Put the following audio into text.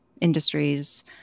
industries